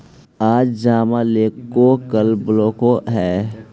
आज जमा लेलको कल बोलैलको हे?